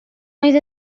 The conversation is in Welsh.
oedd